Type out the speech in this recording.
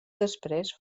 després